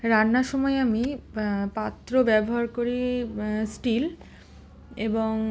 রান্নার সময় আমি পাত্র ব্যবহার করি স্টিল এবং